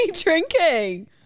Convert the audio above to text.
drinking